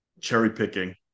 cherry-picking